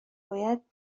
باید